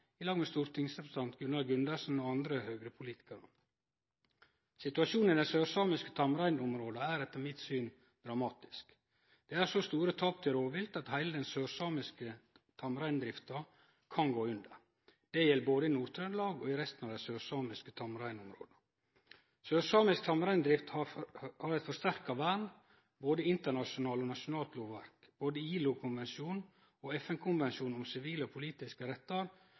i lag med stortingsrepresentant Gunnar Gundersen og andre høgrepolitikarar. Situasjonen i dei sørsamiske tamreinområda er etter mitt syn dramatisk. Det er så store tap til rovvilt at heile den sørsamiske tamreindrifta kan gå under. Det gjeld både i Nord-Trøndelag og i resten av dei sørsamiske tamreinområda. Sørsamisk tamreindrift har eit forsterka vern i både internasjonalt og nasjonalt lovverk. Både i ILO-konvensjonen og i FN-konvensjonen om sivile og politiske